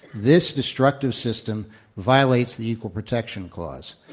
this destructive system violates the equal protection clause.